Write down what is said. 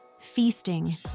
feasting